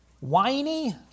whiny